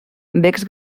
becs